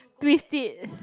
twist it